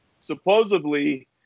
Supposedly